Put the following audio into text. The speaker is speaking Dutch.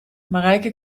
marijke